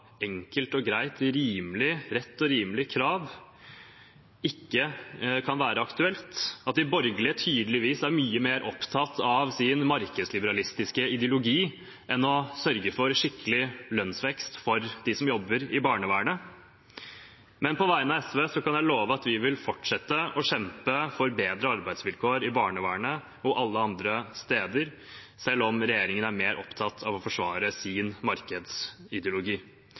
enkelt og greit, rett og rimelig krav ikke kan være aktuelt, og at de borgerlige tydeligvis er mye mer opptatt av sin markedsliberalistiske ideologi enn av å sørge for skikkelig lønnsvekst for dem som jobber i barnevernet. På vegne av SV kan jeg love at vi vil fortsette å kjempe for bedre arbeidsvilkår i barnevernet og alle andre steder, selv om regjeringen er mer opptatt av å forsvare sin markedsideologi.